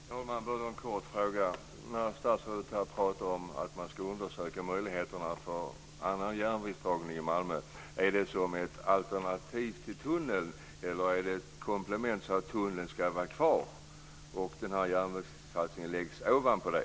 Herr talman! Jag vill bara helt kort ställa en fråga. Statsrådet talar här om att man ska undersöka möjligheterna för annan järnvägsdragning i Malmö. Är det som ett alternativ till tunneln, eller är det ett komplement så att tunneln ska vara kvar och järnvägssatsningen läggs ovanpå det?